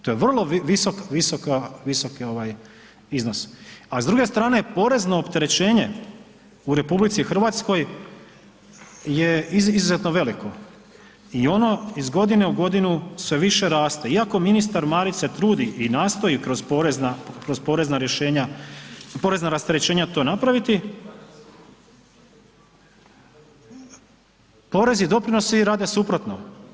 To je vrlo visok, visoka, visoki ovaj iznos, a s druge strane porezno opterećenje u RH je izuzetno veliko i ono iz godine u godinu sve više raste iako ministar Marić se trudi i nastoji kroz porezna rješenja, porezna rasterećenja to napraviti, porezi i doprinosi rade suprotno.